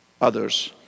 others